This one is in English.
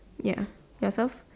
ya yourself